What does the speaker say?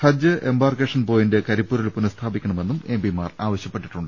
ഹജ്ജ് embarkation point കരിപ്പൂരിൽ പുനഃസ്ഥാപി ക്കണമെന്നും എം പിമാർ ആവശ്യപ്പെട്ടു